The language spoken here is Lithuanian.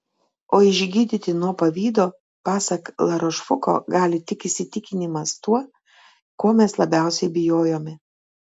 o išgydyti nuo pavydo pasak larošfuko gali tik įsitikinimas tuo ko mes labiausiai bijojome